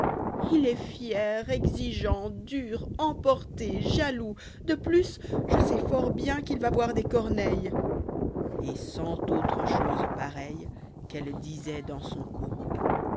il est fier exigeant dur emporté jaloux de plus je sais fortbiëni qu'ilva voir des corneilles et cehtaùîres êbosëspareiiles qu'elle dioit dansson courroux